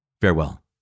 Farewell